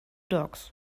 dogs